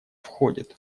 входит